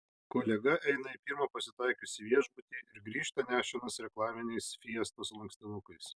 kolega eina į pirmą pasitaikiusį viešbutį ir grįžta nešinas reklaminiais fiestos lankstinukais